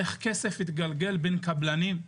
איך כסף התגלגל בין קבלנים,